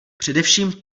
především